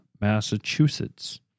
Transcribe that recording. Massachusetts